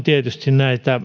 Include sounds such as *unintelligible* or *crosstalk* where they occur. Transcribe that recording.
*unintelligible* tietysti